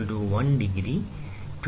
D Main Scale Division 24 V